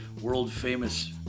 world-famous